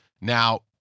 Now